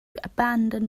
abandon